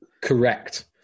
Correct